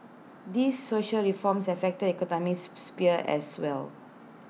these social reforms affect the economic sphere as well